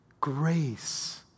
Grace